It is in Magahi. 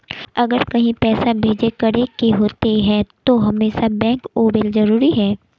अगर कहीं पैसा भेजे करे के होते है तो हमेशा बैंक आबेले जरूरी है?